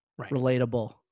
relatable